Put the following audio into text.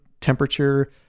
temperature